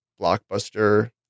blockbuster